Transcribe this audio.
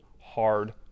hard